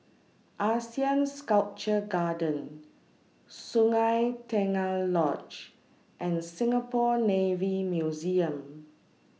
Asean Sculpture Garden Sungei Tengah Lodge and Singapore Navy Museum